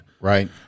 Right